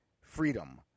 freedom